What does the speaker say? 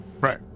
right